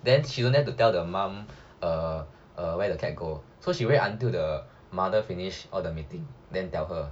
then she don't dare to tell the mum err err where the cat go so she wait until the mother finish all the meeting then tell her